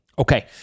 Okay